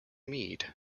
meade